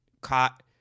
caught